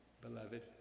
beloved